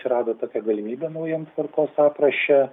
atsirado tokia galimybė naujam tvarkos apraše